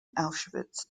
auschwitz